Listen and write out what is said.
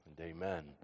amen